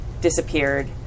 disappeared